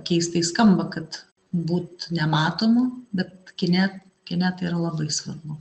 keistai skamba kad būt nematomu bet kine kine tai yra labai svarbu